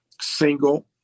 single